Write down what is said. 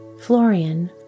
Florian